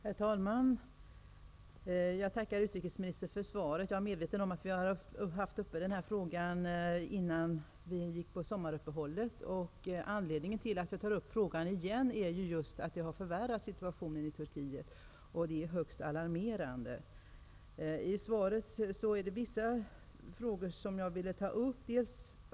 Herr talman! Jag tackar utrikesministern för svaret. Jag är medveten om att den här frågan togs upp i kammaren innan vi gjorde sommaruppehåll, och anledningen till att jag tar upp den igen är just att situationen i Turkiet har förvärrats, vilket är högst alarmerande. I svaret finns det vissa delar som jag vill ta upp, bl.a.